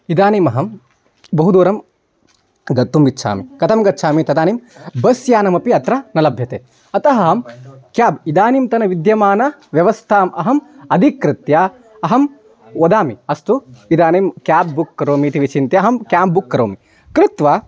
इदानीमहं बहुदूरं गन्तुम् इच्छामि कथं गच्छामि तदानीं बस्यानमपि अत्र न लभ्यते अतः क्याब् इदानींतनविद्यमानव्यवस्थाम् अहम् अधिकृत्य अहं वदामि अस्तु इदानीं क्याब् बुक् करोमि इति विचिन्त्य अहं क्याब् बुक् करोमि कृत्वा